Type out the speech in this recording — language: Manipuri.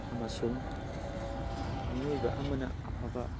ꯑꯃꯁꯨꯡ ꯃꯤꯑꯣꯏꯕ ꯑꯃꯅ ꯑꯐꯕ